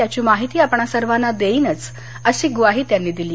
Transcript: त्याची माहिती आपणा सर्वांना देईनच अशी ग्वाही त्यांनी दिली